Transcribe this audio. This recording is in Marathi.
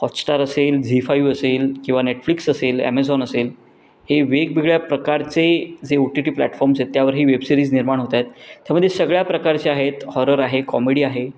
हॉटस्टार असेल झी फाईव्ह असेल किंवा नेटफ्लिक्स असेल ॲमेझॉन असेल हे वेगवेगळ्या प्रकारचे जे ओ टी टी प्लॅटफॉर्म्स आहेत त्यावर हे वेबसिरीज निर्माण होत आहेत त्यामध्ये सगळ्या प्रकारच्या आहेत हॉरर आहे कॉमेडी आहे